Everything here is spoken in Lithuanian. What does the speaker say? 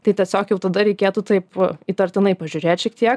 tai tiesiog jau tada reikėtų taip įtartinai pažiūrėt šiek tiek